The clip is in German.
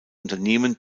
unternehmen